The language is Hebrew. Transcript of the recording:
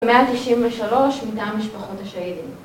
ב-193 מתא המשפחות השהידים